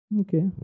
Okay